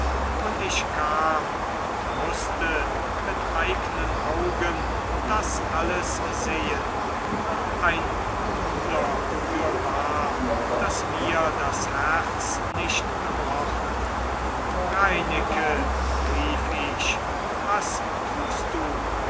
und ich kam und mußte mit eignen augen das alles sehen ein wunder fürwahr daß mir das herz nicht gebrochen reineke rief ich was tust du